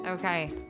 Okay